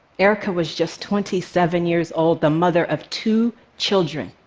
erica was just twenty seven years old, the mother of two children.